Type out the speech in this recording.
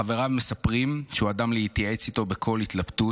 חבריו מספרים שהוא אדם להתייעץ איתו בכל התלבטות.